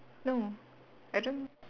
no I don't